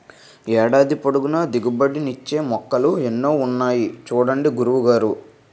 ఏడాది పొడుగునా దిగుబడి నిచ్చే మొక్కలు ఎన్నో ఉన్నాయి చూడండి గురువు గారు